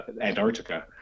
Antarctica